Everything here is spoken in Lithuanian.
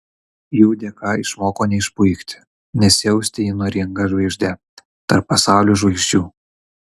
jų dėka išmoko neišpuikti nesijausti įnoringa žvaigžde tarp pasaulio žvaigždžių